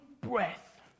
breath